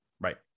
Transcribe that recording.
Right